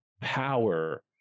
power